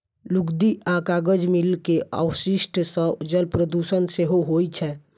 लुगदी आ कागज मिल के अवशिष्ट सं जल प्रदूषण सेहो होइ छै